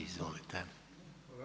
Izvolite.